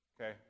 okay